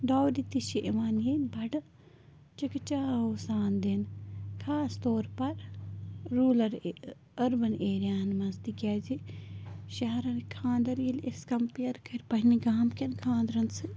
ڈاوری تہِ چھِ یِوان ینۍ بَڑٕ چِکہٕ چاو سان دِنہٕ خاص طور پر روٗرل أربن ایرِیا ہن منٛز تِکیٛازِ شہرٕکۍ خانٛدر ییٚلہِ أسی کمپیر کٔر پنٕنہِ گامہٕ کٮ۪ن خانٛرن سۭتۍ